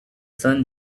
sun